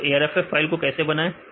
तो arff file को कैसे बनाएं